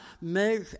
make